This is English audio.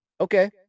okay